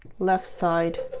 left side